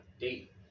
Date